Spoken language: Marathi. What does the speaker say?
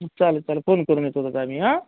चालेल चालेल फोन करून येतो दादा मी आं